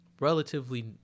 relatively